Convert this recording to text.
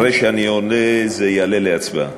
אחרי שאני עונה זה יעלה להצבעה.